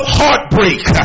heartbreak